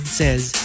says